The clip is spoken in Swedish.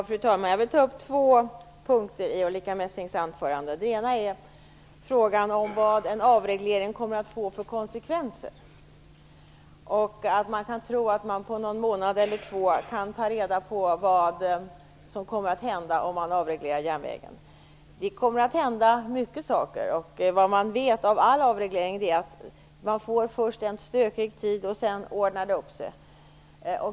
Fru talman! Jag vill ta upp två punkter i Ulrica Messings anförande. Den ena är frågan om vilka konsekvenser en avreglering kommer att få och att man kan tro att man på ett par månader kan ta reda på vad som kommer att hända om man avreglerar järnvägen. Det kommer att hända många saker. Erfarenheten från all annan avreglering visar att man först får en stökig tid men att det sedan ordnar upp sig.